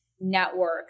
network